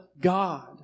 God